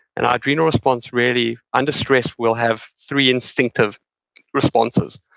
and our adrenal response, really, under stress, we'll have three instinctive responses.